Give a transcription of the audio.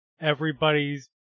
everybody's